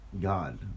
God